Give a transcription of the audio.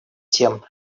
тем